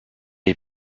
est